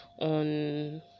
on